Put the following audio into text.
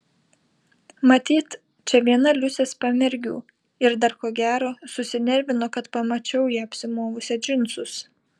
matyt čia viena liusės pamergių ir dar ko gero susinervino kad pamačiau ją apsimovusią džinsus